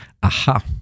aha